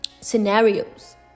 scenarios